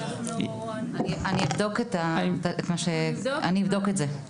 אני אבדוק את זה.